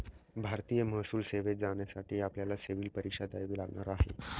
भारतीय महसूल सेवेत जाण्यासाठी आपल्याला सिव्हील परीक्षा द्यावी लागणार आहे